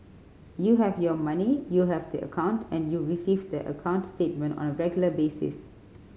you have your money you have the account and you receive the account statement on a regular basis